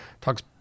talks